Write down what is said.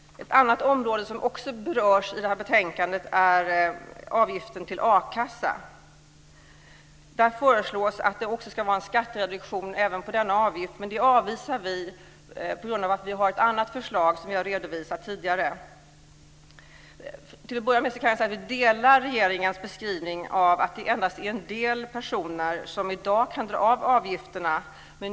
Ett annat område som berörs i detta betänkande gäller avgiften till a-kassa. Det föreslås en skattereduktion även för denna avgift. Vi avvisar detta på grund av att vi har ett annat förslag, som vi har redovisat tidigare. Till att börja med vill jag säga att vi delar regeringens beskrivning att det med nuvarande system endast är en del personer som kan dra av avgifterna.